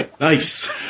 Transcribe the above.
Nice